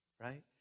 right